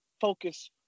focus